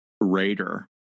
Raider